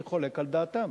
אני חולק על דעתן.